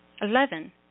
Eleven